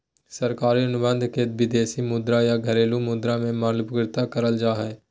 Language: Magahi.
सरकारी अनुबंध के विदेशी मुद्रा या घरेलू मुद्रा मे मूल्यवर्गीत करल जा हय